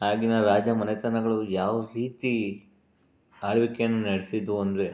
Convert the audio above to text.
ಆಗಿನ ರಾಜ ಮನೆತನಗಳು ಯಾವ ರೀತಿ ಆಳ್ವಿಕೆಯನ್ನು ನಡೆಸಿದ್ದು ಅಂದರೆ